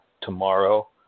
tomorrow